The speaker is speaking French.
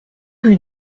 rue